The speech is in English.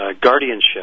guardianship